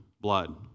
blood